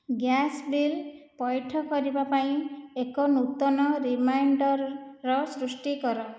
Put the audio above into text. gas bill ପୈଠ କରିବା ପାଇଁ ଏକ ନୂତନ ରିମାଇଣ୍ଡର୍ ର ସୃଷ୍ଟି କର